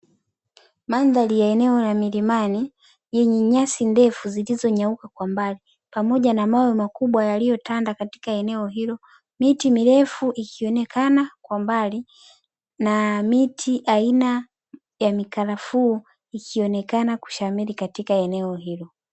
Mandhari ya eneo la milimani zenye nyasi ndefu zilizokauka kwa mbali, pamoja na mawe makubwa yaliotanda katika eneo hilo, miti mirefu ikionekana kwa mbali na miti aina ya mikarafuu ikionekana kushamiri katika eneo hilo.